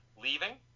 leaving